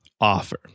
offer